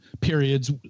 periods